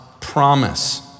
promise